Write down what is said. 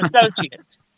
associates